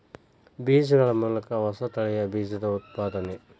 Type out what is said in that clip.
ಬೇಜಗಳ ಮೂಲಕ ಹೊಸ ತಳಿಯ ಬೇಜದ ಉತ್ಪಾದನೆ